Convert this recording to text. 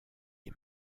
est